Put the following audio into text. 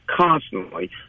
constantly